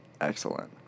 excellent